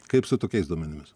kaip su tokiais duomenimis